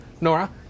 Nora